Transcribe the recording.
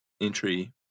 entry